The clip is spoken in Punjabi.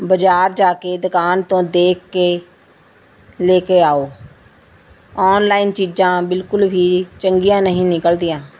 ਬਜ਼ਾਰ ਜਾ ਕੇ ਦੁਕਾਨ ਤੋਂ ਦੇਖ ਕੇ ਲੈ ਕੇ ਆਓ ਔਨਲਾਈਨ ਚੀਜ਼ਾਂ ਬਿਲਕੁਲ ਵੀ ਚੰਗੀਆਂ ਨਹੀਂ ਨਿਕਲ਼ਦੀਆਂ